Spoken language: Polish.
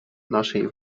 naszej